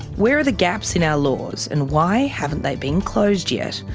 where are the gaps in our laws and why haven't they been closed yet?